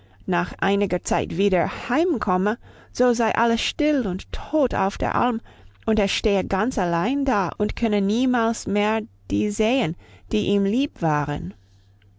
nach einiger zeit wieder heimkomme so sei alles still und tot auf der alm und es stehe ganz allein da und könne niemals mehr die sehen die ihm lieb waren